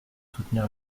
soutenir